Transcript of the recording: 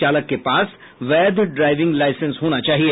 चालक के पास वैध ड्राइविंग लाइसेंस होना चाहिए